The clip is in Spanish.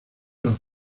los